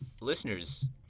Listeners